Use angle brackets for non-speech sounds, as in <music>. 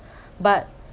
<breath> but